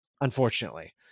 unfortunately